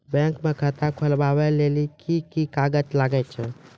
Bank म खाता खोलवाय लेली की की कागज लागै छै?